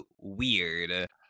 weird